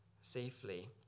safely